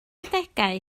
adegau